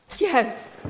Yes